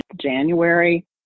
January